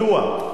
מדוע?